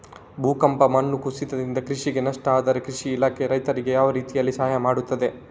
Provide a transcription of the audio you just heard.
ಭೂಕಂಪ, ಮಣ್ಣು ಕುಸಿತದಿಂದ ಕೃಷಿಗೆ ನಷ್ಟ ಆದ್ರೆ ಕೃಷಿ ಇಲಾಖೆ ರೈತರಿಗೆ ಯಾವ ರೀತಿಯಲ್ಲಿ ಸಹಾಯ ಮಾಡ್ತದೆ?